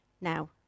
Now